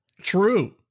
True